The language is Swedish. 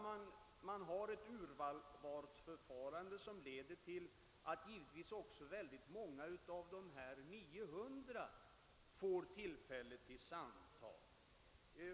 Man tillämpar ett urvalsförfarande som innebär att givetvis också många av de 900 får tillfälle till samtal.